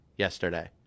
Yesterday